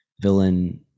villain